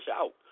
out